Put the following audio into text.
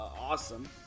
awesome